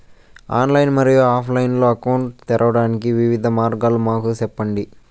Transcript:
Online మరియు offline account తెరవడానికి వివిధ మార్గాలు మాకు సెప్పండి?